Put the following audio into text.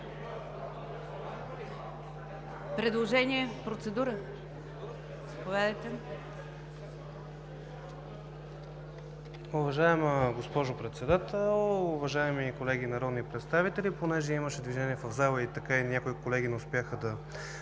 ГАДЖЕВ (ГЕРБ): Уважаема госпожо Председател, уважаеми колеги народни представители! Понеже имаше движение в залата и някои колеги не успяха да